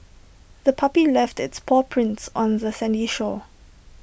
the puppy left its paw prints on the sandy shore